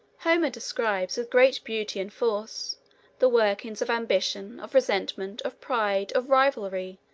homer described with great beauty and force the workings of ambition, of resentment, of pride, of rivalry,